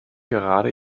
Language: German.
gerade